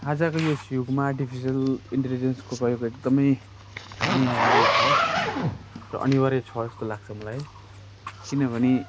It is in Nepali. आजको यस युगमा आर्टिफिसल इन्टेलिजेन्सको प्रयोग एकदमै अनिवार्य छ र अनिवार्य छ जस्तो लाग्छ मलाई किनभने